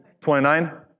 29